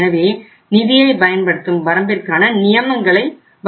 எனவே நிதியை பயன்படுத்தும் வரம்பிற்கான நியமங்களை வகுக்கின்றன